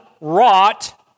wrought